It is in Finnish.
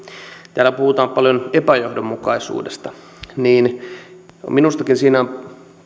täällä puhutaan paljon epäjohdonmukaisuudesta minustakin siinä on